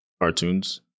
cartoons